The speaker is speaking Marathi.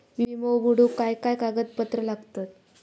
विमो उघडूक काय काय कागदपत्र लागतत?